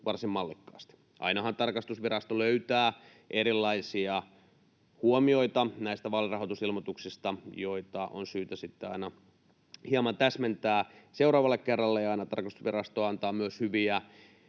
varsin mallikkaasti. Ainahan tarkastusvirasto löytää erilaisia huomioita näistä vaalirahoitusilmoituksista, joita on syytä sitten aina hieman täsmentää seuraavalle kerralle. Aina tarkastusvirasto antaa myös hyviä